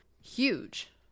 huge